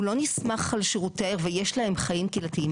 הוא לא נסמך על שירותי ויש להם חיים קהילתיים.